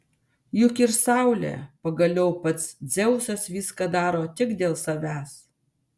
juk ir saulė pagaliau pats dzeusas viską daro tik dėl savęs